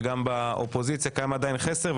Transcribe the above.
וגם באופוזיציה קיים עדיין חסר,